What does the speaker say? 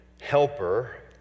helper